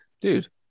Dude